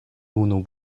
unu